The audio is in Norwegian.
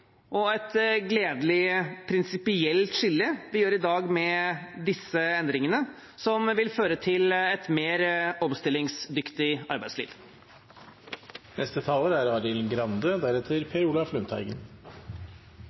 og gledelig prinsipielt skille vi gjør i dag med disse endringene, som vil føre til et mer omstillingsdyktig